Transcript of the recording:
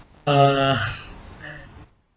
uh